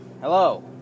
Hello